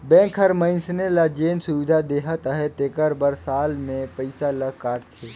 bank हर मइनसे ल जेन सुबिधा देहत अहे तेकर बर साल में पइसा ल काटथे